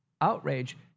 outrage